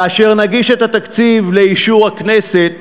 כאשר נגיש את התקציב לאישור הכנסת